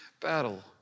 battle